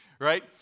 right